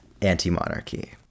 anti-monarchy